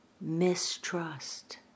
mistrust